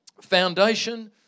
Foundation